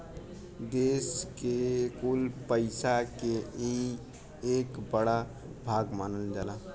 देस के कुल पइसा के ई एक बड़ा भाग मानल जाला